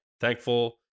thankful